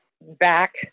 back